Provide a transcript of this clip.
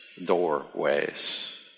Doorways